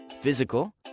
physical